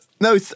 No